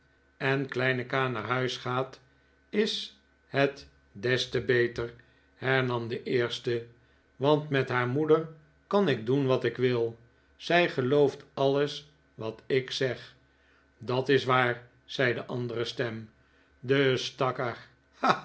en kleine ka naar huis gaat is het des te beter hernam de eerste want met haar moeder kan ik doen wat ik wil zij gelooft alles wat ik zeg dat is waar zei de andere stem de